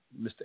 Mr